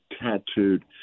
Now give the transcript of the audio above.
tattooed